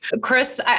Chris